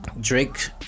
Drake